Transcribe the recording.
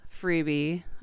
freebie